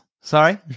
Sorry